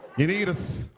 you need us.